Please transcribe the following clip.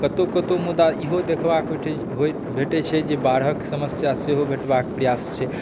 कतहु कतहु मुदा इहो देखबाक भेटै छै जे बाढ़िक समस्या सेहो भेटबाक प्रयास छै